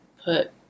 put